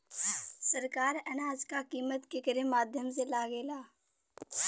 सरकार अनाज क कीमत केकरे माध्यम से लगावे ले?